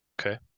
Okay